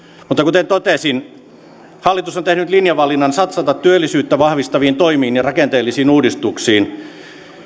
mutta kuten totesin hallitus on tehnyt linjavalinnan satsata työllisyyttä vahvistaviin toimiin ja rakenteellisiin uudistuksiin